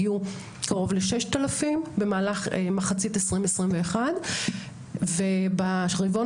הגיעו קרוב ל-6,000 במהלך מחצית 2021. וברבעון